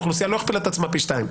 והאוכלוסייה לא הכפילה את עצמה פי שתיים.